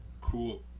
cool